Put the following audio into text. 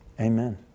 Amen